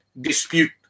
dispute